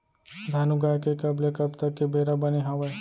धान उगाए के कब ले कब तक के बेरा बने हावय?